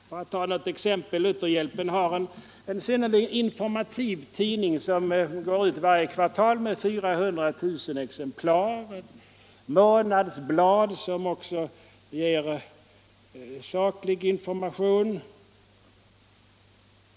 Jag kan ta något exempel: Lutherhjälpen har en synnerligen informativ tidning som utkommer varje kvartal i 400 000 exemplar och ett månadsblad som också ger saklig information.